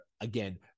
again